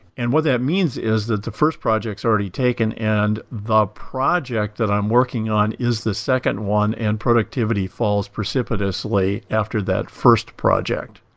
and what that means is that the first project is already taken, and the project that i'm working on is the second one and productivity falls precipitously after that first project.